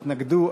התנגדו,